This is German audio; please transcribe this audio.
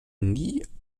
nie